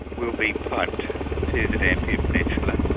will be piped to the dampier peninsula,